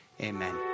Amen